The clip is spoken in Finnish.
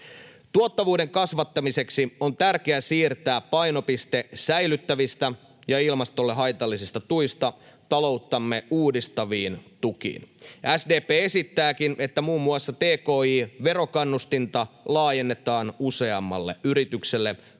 Tuottavuuden kasvattamiseksi on tärkeää siirtää painopiste säilyttävistä ja ilmastolle haitallisista tuista talouttamme uudistaviin tukiin. SDP esittääkin, että muun muassa tki-verokannustinta laajennetaan useammalle yritykselle muiden